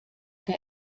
der